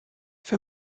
für